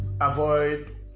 avoid